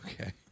Okay